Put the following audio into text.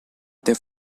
they